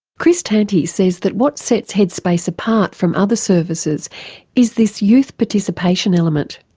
chris tanti says that what sets headspace apart from other services is this youth participation element.